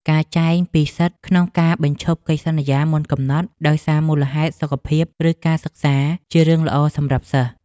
ការចែងពីសិទ្ធិក្នុងការបញ្ឈប់កិច្ចសន្យាមុនកំណត់ដោយសារមូលហេតុសុខភាព ឬការសិក្សាជារឿងល្អសម្រាប់សិស្ស។